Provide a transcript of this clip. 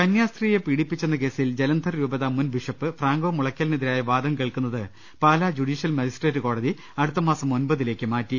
കന്യാസ്ത്രീയെ പീഡിപ്പിച്ചെന്ന കേസിൽ ജലന്ധർ രൂപതാ മുൻ ബിഷപ്പ് ഫ്രാങ്കോ മുളയ്ക്കിലിനെതിരായ വാദം കേൾക്കുന്നത് പാ ലാ ജുഡീഷ്യൽ മജിസ്ട്രേറ്റ് കോടതി അടുത്തമാസം ഒമ്പതിലേക്ക് മാറ്റി